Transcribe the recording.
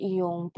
yung